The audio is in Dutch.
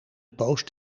post